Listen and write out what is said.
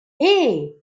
hey